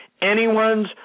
anyone's